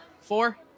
four